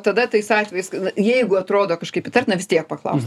tada tais atvejais jeigu atrodo kažkaip įtartina vis tiek paklaus